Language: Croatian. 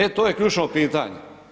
E to je ključno pitanje.